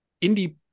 indie